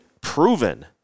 proven